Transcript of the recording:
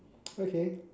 okay